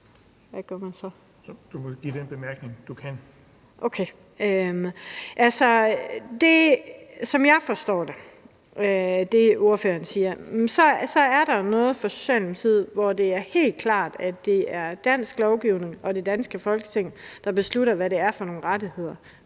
som jeg forstår det, spørgeren siger, så er der jo noget, hvor det for Socialdemokratiet er helt klart, at det er dansk lovgivning og det danske Folketing, der beslutter, hvad det er for nogle rettigheder,